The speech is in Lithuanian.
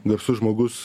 garsus žmogus